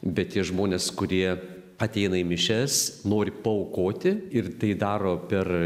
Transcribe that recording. bet tie žmonės kurie ateina į mišias nori paaukoti ir tai daro per